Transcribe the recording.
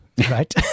Right